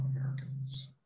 Americans